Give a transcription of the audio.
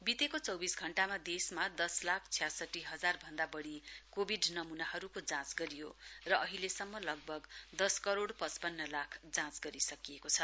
वितेको चौविस घण्टामा देशमा दस लाख छ्यासठी हजार भन्दा वढ़ी कोविड नमूनाहरुको जाँच गरियो र अहिलेसम्म लगभग दस करोड़ पचपन्न लाख जाँच गरिसकिएको छ